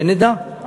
שנדע,